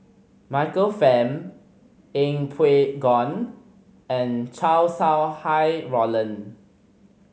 Michael Fam Yeng Pway Ngon and Chow Sau Hai Roland